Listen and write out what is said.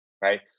right